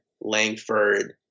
Langford